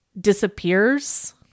disappears